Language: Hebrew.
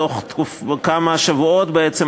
בתוך כמה שבועות בעצם,